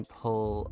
pull